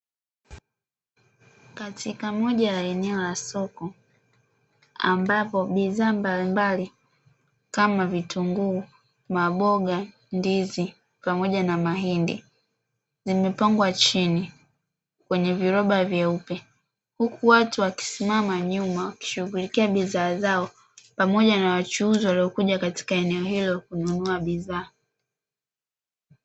Katika moja ya eneo la soko ambapo bidhaa mbalimbali kama: vitunguu, maboga, ndizi, pamoja na mahindi zimepangwa chini kwenye viroba vyeupe, huku watu wakisimama nyuma wakishughulikia bidhaa zao pamoja na wachuuzi waliokuja katika eneo hilo kununua bidhaa.